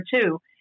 two